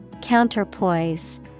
Counterpoise